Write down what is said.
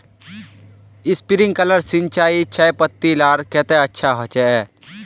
Sprinkler सिंचाई चयपत्ति लार केते अच्छा होचए?